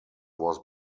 was